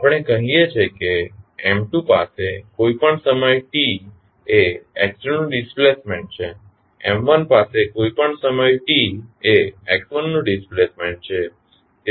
આપણે કહીએ છીએ કે પાસે કોઈપણ સમય t એ નું ડિસ્પ્લેસમેન્ટ છે અને પાસે કોઈપણ સમય t એ નું ડિસ્પ્લેસમેન્ટ છે